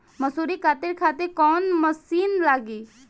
मसूरी काटे खातिर कोवन मसिन लागी?